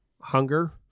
hunger